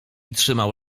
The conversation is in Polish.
trzymał